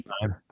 time